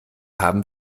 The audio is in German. haben